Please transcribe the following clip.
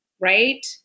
right